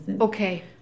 Okay